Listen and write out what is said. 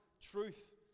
truth